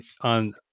on